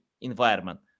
environment